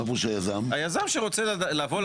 היזם שרוצה לדעת.